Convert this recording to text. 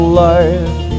life